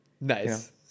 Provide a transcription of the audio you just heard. Nice